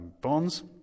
bonds